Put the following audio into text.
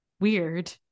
weird